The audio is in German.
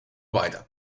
weiter